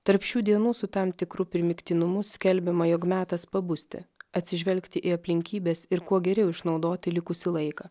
tarp šių dienų su tam tikru primygtinumu skelbiama jog metas pabusti atsižvelgti į aplinkybes ir kuo geriau išnaudoti likusį laiką